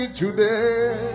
today